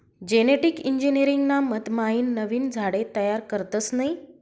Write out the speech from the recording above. genetic engineering ना मधमाईन नवीन झाडे तयार करतस नयी